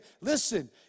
listen